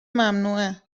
ممنوعه